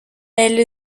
elle